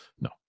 No